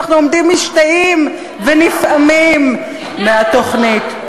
אנחנו עומדים משתאים ונפעמים מהתוכנית.